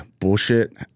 bullshit